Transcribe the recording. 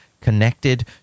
connected